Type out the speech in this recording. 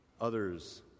Others